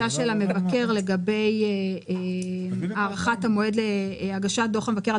המבקר לגבי הארכת המועד להגשת דוח המבקר על